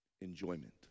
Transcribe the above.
Enjoyment